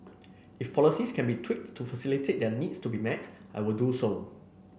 if policies can be tweaked to facilitate their needs to be met I will do so